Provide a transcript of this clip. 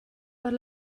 per